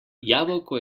jabolko